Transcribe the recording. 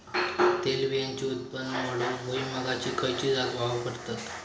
तेलबियांचा उत्पन्न वाढवूक भुईमूगाची खयची जात वापरतत?